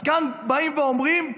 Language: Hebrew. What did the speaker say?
אז כאן באים ואומרים,